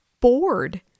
bored